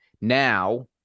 now